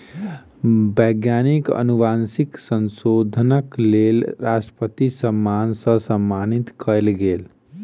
वैज्ञानिक अनुवांशिक संशोधनक लेल राष्ट्रपति सम्मान सॅ सम्मानित कयल गेल